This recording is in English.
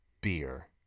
beer